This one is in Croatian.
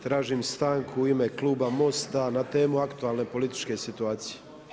Tražim stanku u ime kluba MOST-a na temu aktualne političke situacije.